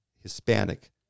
Hispanic